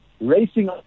racing